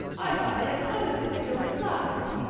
i thought they had promised it to gilbert blythe!